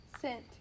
Scent